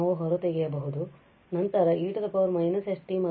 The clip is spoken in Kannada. ನಾವು ಹೊರತೆಗೆಯಬಹುದು ಮತ್ತು ನಂತರ e −st